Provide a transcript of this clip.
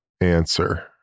answer